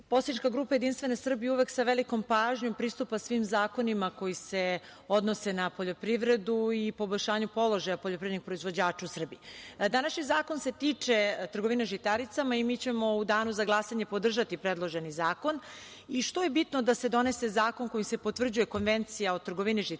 poslanička grupa Jedinstvene Srbije uvek sa velikom pažnjom pristupa svim zakonima koji se odnose na poljoprivredu i poboljšanju položaja poljoprivrednih proizvođača u Srbiji. Današnji zakon se tiče trgovine žitaricama i mi ćemo u danu za glasanje podržati predloženi zakon. Što je bitno da se donese zakonom kojim se potvrđuje Konvencija o trgovini žitarica?